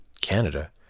canada